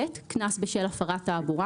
הטלת קנס בשל הפרת תעבורה